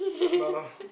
no no